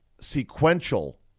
sequential